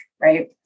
right